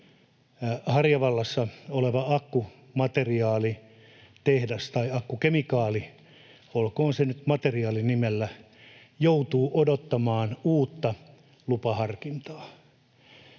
Harjavallassa oleva akkumateriaalitehdas — tai akkukemikaali-, olkoon se nyt materiaali-nimellä — joutuu odottamaan uutta lupaharkintaa.